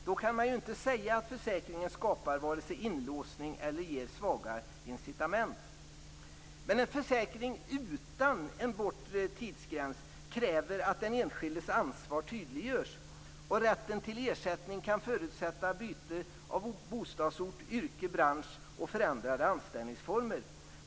Då kan man ju inte säga att försäkringen skapar vare sig inlåsning eller ger svaga incitament. Men en försäkring utan en bortre tidsgräns kräver att den enskildes ansvar tydliggörs. Rätten till ersättning kan förutsätta byte av bostadsort, yrke, bransch och förändrade anställningsformer.